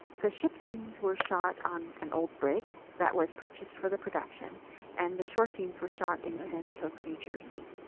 the ship scenes were shot on an old brig that was purchased for the production and the shore scenes were shot in sandy hook, new jersey.